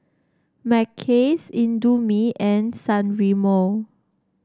Mackays Indomie and San Remo